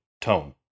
tone